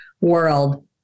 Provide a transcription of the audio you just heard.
world